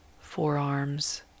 forearms